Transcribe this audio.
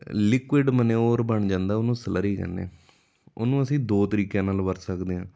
liquid manure ਬਣ ਜਾਂਦਾ ਉਹਨੂੰ ਸਲੱਰੀ ਕਹਿੰਦੇ ਉਹਨੂੰ ਅਸੀਂ ਦੋ ਤਰੀਕਿਆਂ ਨਾਲ ਵਰਤ ਸਕਦੇ ਹਾਂ